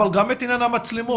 וגם את עניין המצלמות,